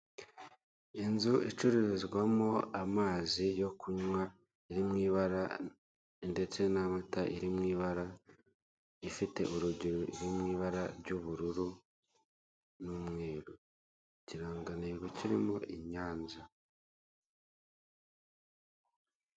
Inzu icururizwamo amazi ari mu ibara ndetse n'amazi ari mu ibara ifite urugi ruri mu ibara ry'ubururu n'umweru, ikirangantego kirimo, I Nyanza.